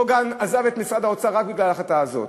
קוגן עזב את משרד האוצר רק בגלל ההחלטה הזאת.